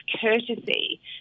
courtesy